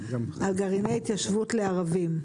על גרעיני התיישבות לערבים.